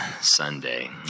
Sunday